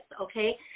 okay